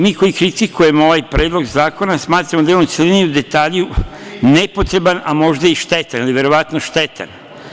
Mi koji kritikujemo ovaj Predlog zakona smatramo da je on u celini, u detalju, nepotreban, a možda i štetan, verovatno štetan.